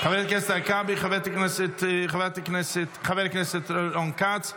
חברת הכנסת הרכבי, חבר הכנסת רון כץ,